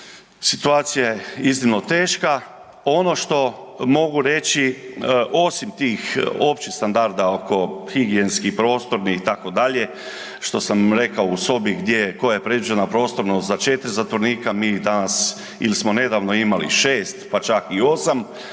situacija je iznimno teška. Ono što mogu reći osim tih općih standarda oko higijenski, prostorni, itd., što sam rekao u sobi gdje je koje predviđeno prostorno za 4 zatvorenika, mi ih danas ili smo nedavno imali 6, pa čak i 8.